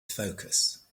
focus